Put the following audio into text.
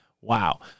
wow